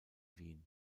wien